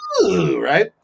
Right